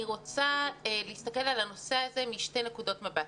אני רוצה להסתכל על הנושא הזה משתי נקודות מבט.